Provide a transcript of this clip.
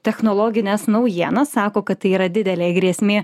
technologines naujienas sako kad tai yra didelė grėsmė